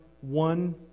one